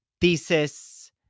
thesis